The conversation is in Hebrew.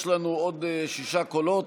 יש לנו עוד שישה קולות,